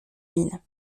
mine